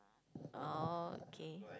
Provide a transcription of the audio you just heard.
oh okay